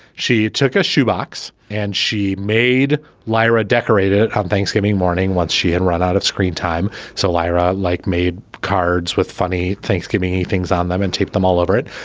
she took a shoe box and she made lyra decorate it on thanksgiving morning once she had run out of screen time. so lyra like made cards with funny thanksgiving things on them and taped them all over it.